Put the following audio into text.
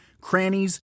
crannies